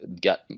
got